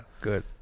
Good